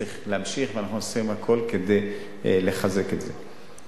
צריך להמשיך, ואנחנו עושים הכול כדי לחזק את זה.